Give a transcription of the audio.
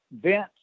Vince